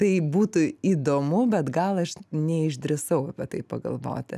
tai būtų įdomu bet gal aš neišdrįsau apie tai pagalvoti